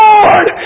Lord